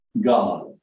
God